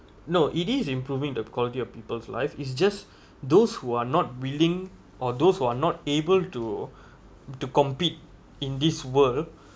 no it is improving the quality of people's life is just those who are not willing or those who are not able to to compete in this world